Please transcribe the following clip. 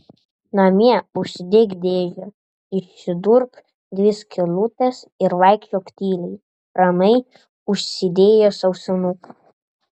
namie užsidėk dėžę išsidurk dvi skylutes ir vaikščiok tyliai ramiai užsidėjęs ausinuką